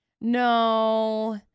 no